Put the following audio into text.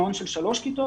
מעון של שלוש כיתות,